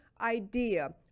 idea